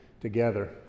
together